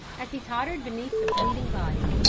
as he tottered beneath the bleeding body,